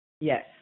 Yes